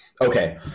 Okay